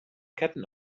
ketten